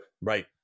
right